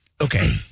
Okay